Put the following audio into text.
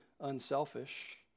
unselfish